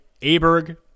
aberg